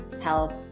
health